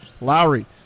Lowry